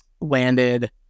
landed